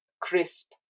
crisp